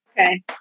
okay